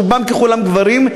שרובם ככולם גברים,